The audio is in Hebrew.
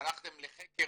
והלכתם לחקר